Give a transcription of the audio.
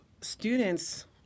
students